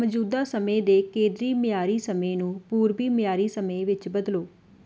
ਮੌਜੂਦਾ ਸਮੇਂ ਦੇ ਕੇਂਦਰੀ ਮਿਆਰੀ ਸਮੇਂ ਨੂੰ ਪੂਰਬੀ ਮਿਆਰੀ ਸਮੇਂ ਵਿੱਚ ਬਦਲੋ